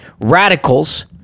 radicals